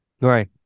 Right